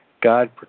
God